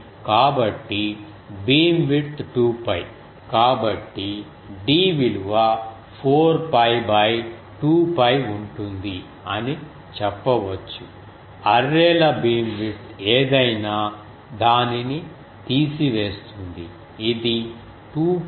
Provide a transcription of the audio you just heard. కాబట్టి బీమ్విడ్త్ 2 𝜋 కాబట్టి Dవిలువ 4 𝜋 2 𝜋 ఉంటుంది అని చెప్పవచ్చు అర్రే ల బీమ్విడ్త్ ఏదైనా దానిని తీసివేస్తుంది ఇది 2